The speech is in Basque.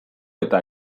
eta